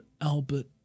Albert